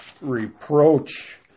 reproach